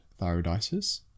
thyroiditis